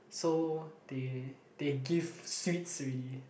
so they they give sweets already